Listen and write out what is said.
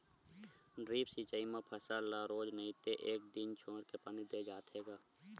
drip सिचई म फसल ल रोज नइ ते एक दिन छोरके पानी दे जाथे ग